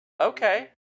Okay